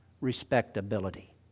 Respectability